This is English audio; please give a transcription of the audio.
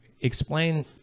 Explain